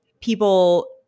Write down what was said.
people